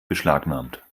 beschlagnahmt